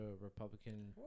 Republican